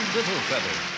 Littlefeather